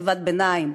חטיבת ביניים,